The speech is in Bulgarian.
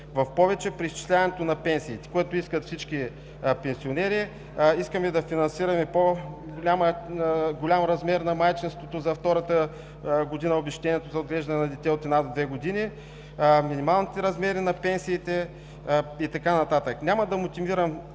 в повече при изчисляването на пенсиите, което искат всички пенсионери. Искаме да финансираме по-голям размер на майчинството за втората година, обезщетението за отглеждане на дете от една до две години, минималните размери на пенсиите и така нататък.